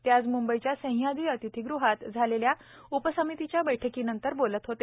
ते आज मुंबईच्या सहयाद्री अतिथीगृहात झालेल्या उपसमितीच्या बैठकीनंतर बोलत होते